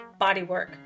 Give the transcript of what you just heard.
bodywork